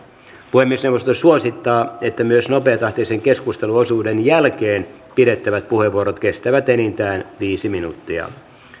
puhemiesneuvosto suosittaa että myös nopeatahtisen keskusteluosuuden jälkeen pidettävät puheenvuorot kestävät enintään viisi minuuttia